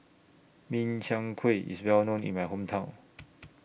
Min Chiang Kueh IS Well known in My Hometown